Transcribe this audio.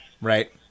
right